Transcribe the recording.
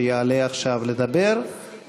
שיעלה עכשיו לדבר,